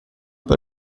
pas